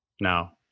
now